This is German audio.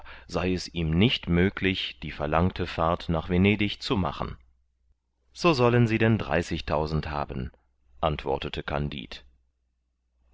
sei es ihm nicht möglich die verlangte fahrt nach venedig zu machen so sollen sie denn dreißigtausend haben antwortete kandid